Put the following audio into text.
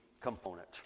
component